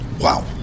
Wow